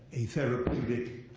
a therapeutic